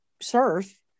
surf